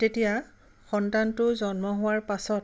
তেতিয়া সন্তানটো জন্ম হোৱাৰ পাছত